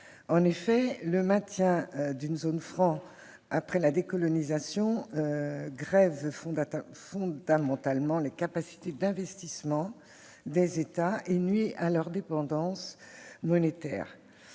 d'Afrique. Le maintien d'une zone franc après la décolonisation grève fondamentalement les capacités d'investissement des États et nuit à leur indépendance monétaire.